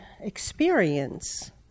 experience